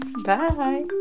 bye